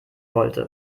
wollte